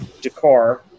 decor